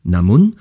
Namun